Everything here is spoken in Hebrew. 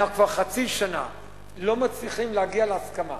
אנחנו כבר חצי שנה לא מצליחים להגיע להסכמה